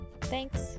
Thanks